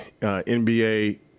NBA